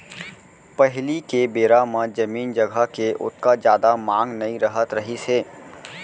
पहिली के बेरा म जमीन जघा के ओतका जादा मांग नइ रहत रहिस हे